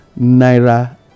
naira